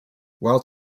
while